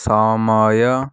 ସମୟ